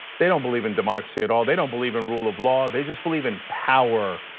they don't believe in democracy at all. they don't believe in rule of law. they just believe in power.